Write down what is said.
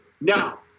Now